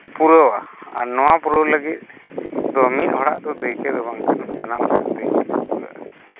ᱯᱩᱨᱟᱹᱣᱟ ᱟᱨ ᱱᱚᱣᱟ ᱯᱩᱨᱟᱹᱣ ᱞᱟᱹᱜᱤᱫ ᱫᱚ ᱢᱤᱫ ᱦᱚᱲᱟᱜ ᱫᱚ ᱫᱟᱹᱭᱠᱟᱹ ᱵᱟᱝ ᱠᱟᱱᱟ ᱥᱟᱱᱟᱢ ᱦᱚᱲᱟᱜ ᱫᱟᱹᱭᱠᱟᱹ ᱛᱮ ᱯᱩᱨᱟᱹᱜᱼᱟ